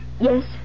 Yes